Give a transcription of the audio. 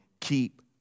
keep